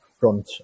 front